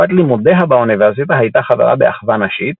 בתקופת לימודיה באוניברסיטה הייתה חברה באחווה נשית,